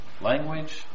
language